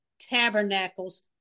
tabernacles